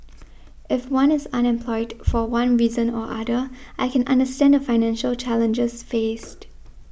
if one is unemployed for one reason or other I can understand the financial challenges faced